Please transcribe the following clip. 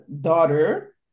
daughter